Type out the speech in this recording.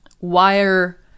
wire